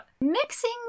mixing